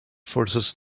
forces